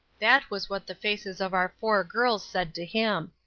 that was what the faces of our four girls said to him.